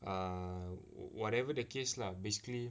err whatever the case lah basically